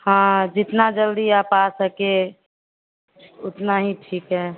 हाँ जितना जल्दी आप आ सके उतना ही ठीक है